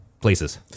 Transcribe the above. places